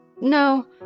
no